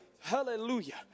Hallelujah